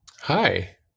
Hi